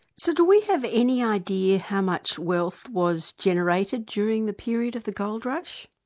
so do we have any idea how much wealth was generated during the period of the gold rush?